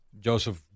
Joseph